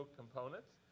components